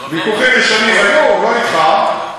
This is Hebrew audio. ויכוחים ישנים היו, לא אתך.